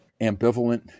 ambivalent